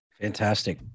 Fantastic